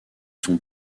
sont